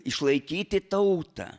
išlaikyti tautą